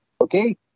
Okay